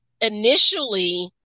initially